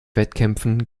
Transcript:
wettkämpfen